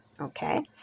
okay